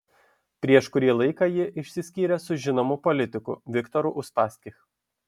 prieš kurį laiką ji išsiskyrė su žinomu politiku viktoru uspaskich